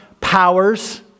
powers